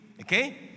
Okay